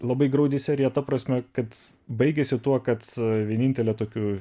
labai graudi serija ta prasme kad baigėsi tuo kad vienintelė tokių